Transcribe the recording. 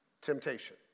Temptation